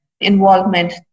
involvement